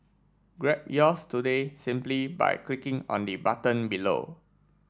grab yours today simply by clicking on the button below